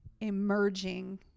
emerging